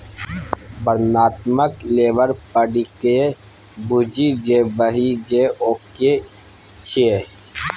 वर्णनात्मक लेबल पढ़िकए बुझि जेबही जे ओ कि छियै?